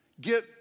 get